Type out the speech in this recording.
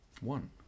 One